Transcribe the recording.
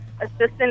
assistant